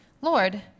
Lord